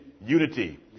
unity